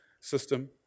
system